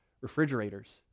refrigerators